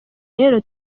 rero